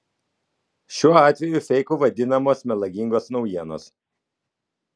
šiuo atveju feiku vadinamos melagingos naujienos